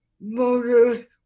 motor